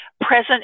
present